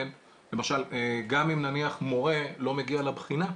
למשל, גם אם נניח מורה לא מגיע לבחינה,